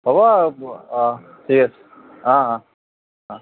হ'ব অঁ ঠিক আছে অঁ অঁ অঁ